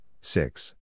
six